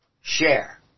share